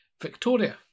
Victoria